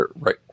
right